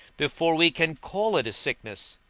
before we can call it a sickness